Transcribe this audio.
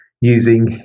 using